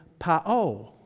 pa'o